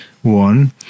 One